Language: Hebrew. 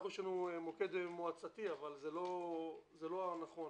מוקד מועצתי, זה לא נכון.